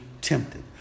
tempted